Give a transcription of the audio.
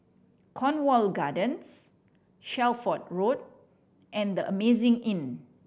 Cornwall Gardens Shelford Road and The Amazing Inn